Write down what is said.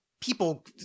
people